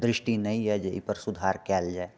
दृष्टि नहि यऽ जे एहिपर सुधार कयल जाइ